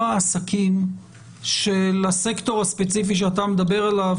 העסקים של הסקטור הספציפי שאתה מדבר עליו,